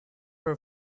her